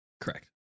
Correct